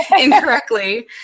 incorrectly